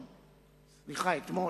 אתמול,